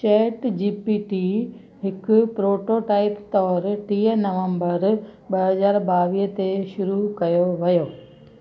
chat G P T हिकु prototype तौरु टीह नवंबर ॿ हज़ार ॿावीह ते शरू कयो वियो